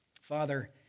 Father